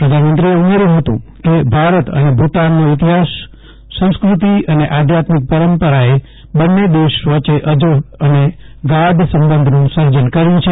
પ્રધાનમંત્રીએ ઉમેર્યુ હતું કે ભારત અને ભુતાનનો ઈતિફાસ સંસ્કૃતિ અને આધ્યાત્મિક પરંપરાએ બંન્ને દેશ વચ્ચે અજોડ અને ગાઢ સંબંધનું સર્જન કર્યુ છે